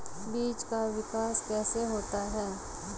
बीज का विकास कैसे होता है?